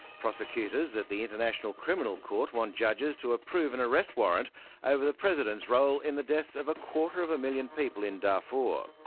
prosecutors at the international criminal court want judges to approve an arrest warrant over the president's role in the death of a quarter of a million people in darfur.